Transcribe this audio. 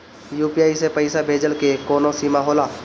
UPI से पईसा भेजल के कौनो सीमा होला?